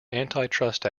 antitrust